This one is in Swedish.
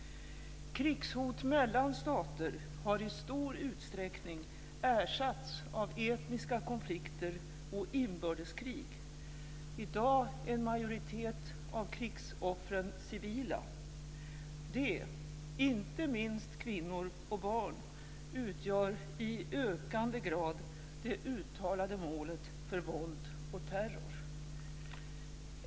Krigshot mellan stater har i stor utsträckning ersatts av etniska konflikter och inbördeskrig. I dag är en majoritet av krigsoffren civila. De - inte minst kvinnor och barn - utgör i ökande grad det uttalade målet för våld och terror.